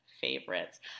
Favorites